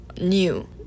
new